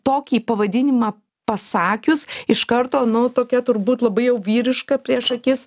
tokį pavadinimą pasakius iš karto nu tokia turbūt labai jau vyriška prieš akis